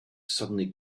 suddenly